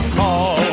call